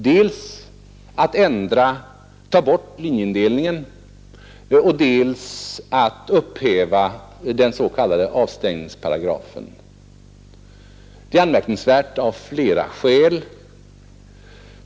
Dels vill man ta bort linjeindelningen, dels vill man upphäva den s.k. avstängningsparagrafen. Detta är anmärkningsvärt av flera skäl.